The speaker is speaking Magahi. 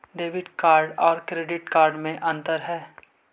डेबिट कार्ड और क्रेडिट कार्ड में अन्तर है?